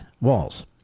walls